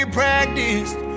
practiced